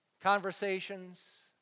conversations